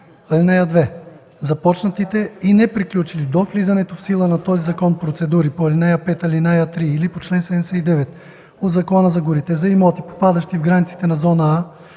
(2) Започнатите и неприключили до влизането в сила на този закон процедури по § 5, ал. 3 или по чл. 79 от Закона за горите за имоти, попадащи в границите на зона „А”,